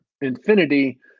Infinity